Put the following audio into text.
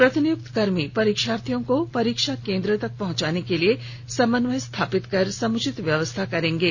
प्रतिनियुक्त कर्मी परीक्षार्थियों को परीक्षा केंद्र तक पहंचाने के लिए समन्वय स्थापित कर समुचित व्यवस्था करेंगे